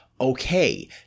okay